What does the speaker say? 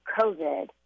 COVID